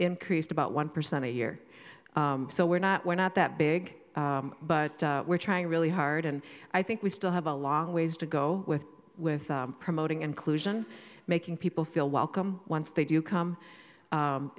increased about one percent a year so we're not we're not that big but we're trying really hard and i think we still have a long ways to go with with promoting inclusion making people feel welcome once they do come